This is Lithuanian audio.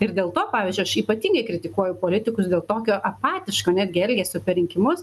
ir dėl to pavyzdžiui aš ypatingai kritikuoju politikus dėl tokio apatiško netgi elgesio per rinkimus